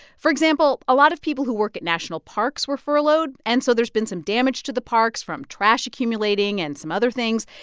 for example, a lot of people who work at national parks were furloughed, and so there's been some damage to the parks from trash accumulating and some other things.